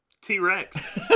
T-Rex